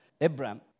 Abraham